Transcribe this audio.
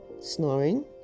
snoring